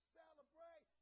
celebrate